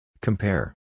Compare